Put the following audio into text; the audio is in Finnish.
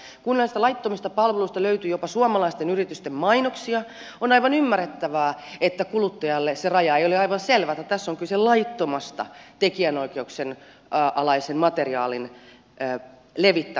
kun näistä laittomista palveluista löytyy jopa suomalaisten yritysten mainoksia on aivan ymmärrettävää että kuluttajalle se raja ei ole aivan selvä että tässä on kyse laittomasta tekijänoikeuksien alaisen materiaalin levittämisestä